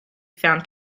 found